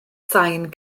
sain